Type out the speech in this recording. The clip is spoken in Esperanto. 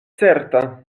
certa